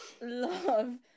love